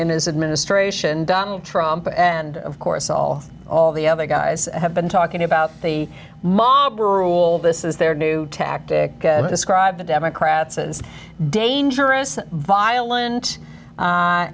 in his administration donald trump and of course all all the other guys have been talking about the mob rule this is their new tactic to describe the democrats and dangerous and violent